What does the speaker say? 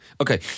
Okay